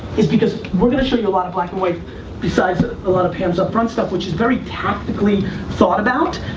is because we're gonna show you a lot of black and white besides ah a lot of hands up front stuff which is very tactically thought about,